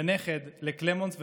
ונכד לקלמונס ומערבי,